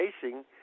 facing